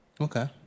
Okay